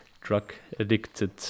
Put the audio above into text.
drug-addicted